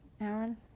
Aaron